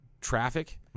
traffic